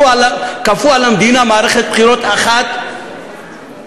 כפו על המדינה מערכת בחירות אחת מיותרת,